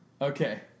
Okay